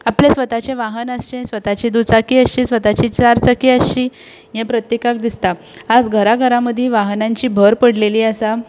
आपलें स्वताचें वाहन आसचें स्वताची दुचाकी आसची स्वताची चार चाकी आसची हें प्रत्येकाक दिसता आज घरा घरा मदीं वाहनांची भर पडलेली आसा